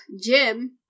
Jim